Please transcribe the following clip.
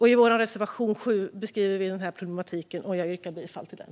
I reservation 7 beskriver vi problemet, och jag yrkar bifall till den.